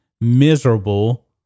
miserable